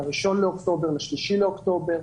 ל-1 באוקטובר, ל-3 באוקטובר,